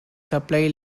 supply